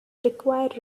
require